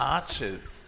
Arches